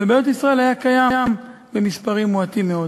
ובארץ-ישראל היה קיים במספרים מועטים מאוד.